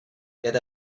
get